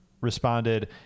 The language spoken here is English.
responded